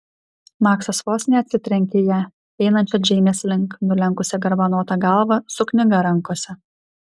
maksas vos neatsitrenkė į ją einančią džeinės link nulenkusią garbanotą galvą su knyga rankose